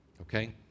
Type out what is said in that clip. Okay